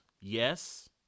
yes